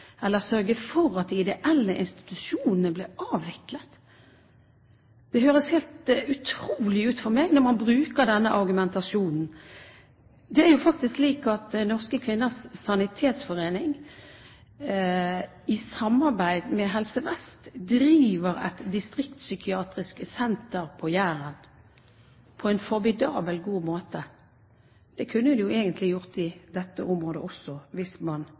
sørge for at de ideelle institusjonene ble avviklet? Det høres helt utrolig ut for meg når man bruker denne argumentasjonen. Det er faktisk slik at Norske Kvinners Sanitetsforening, i samarbeid med Helse Vest, driver et distriktspsykiatrisk senter på Jæren på en formidabel god måte. Det kunne de jo egentlig ha gjort i dette området også hvis man